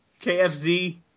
KFZ